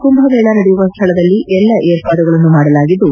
ಕುಂಭಮೇಳ ನಡೆಯುವ ಸ್ವಳದಲ್ಲಿ ಎಲ್ಲಾ ಏರ್ಪಾಡುಗಳನ್ನು ಮಾಡಲಾಗಿದ್ದು